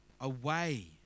away